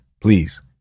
please